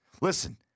Listen